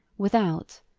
without,